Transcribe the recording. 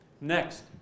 Next